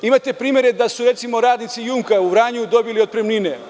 Imate primere da su recimo radnici „Jumka“ u Vranju dobili otpremnine.